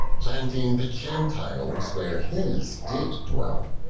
planting the gentiles where his did dwell.